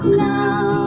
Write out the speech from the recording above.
now